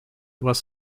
was